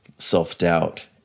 self-doubt